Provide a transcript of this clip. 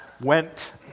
went